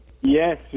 yes